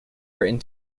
written